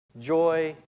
joy